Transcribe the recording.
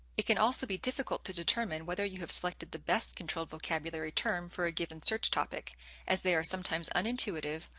it can also be difficult to determine whether you have selected the best controlled vocabulary term for a given search topic as they are sometimes unintuitive,